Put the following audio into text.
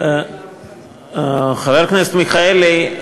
חבר הכנסת מיכאלי,